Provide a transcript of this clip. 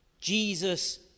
Jesus